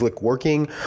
working